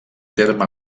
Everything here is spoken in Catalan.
terme